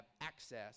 access